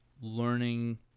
learning